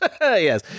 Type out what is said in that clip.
yes